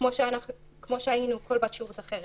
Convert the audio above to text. כמו שהיינו כמו כל בת שירות אחרת.